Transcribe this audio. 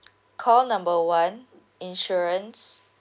call number one insurance